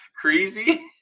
crazy